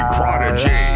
Prodigy